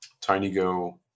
TinyGo